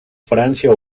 francia